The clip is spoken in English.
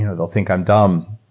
you know they'll think i'm dumb,